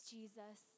Jesus